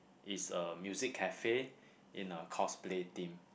is a music cafe in a cosplay theme